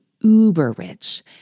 uber-rich